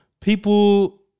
People